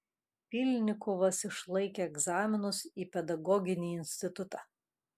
pylnikovas išlaikė egzaminus į pedagoginį institutą